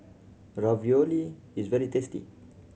ravioli is very tasty